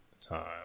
time